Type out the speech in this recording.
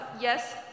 yes